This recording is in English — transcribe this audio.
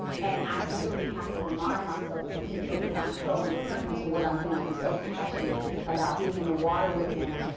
and i literally have to remind myself to eat because i'm so in tune to what i'm doing. i'm so passionate about being in the water with them,